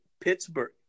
Pittsburgh